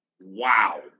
Wow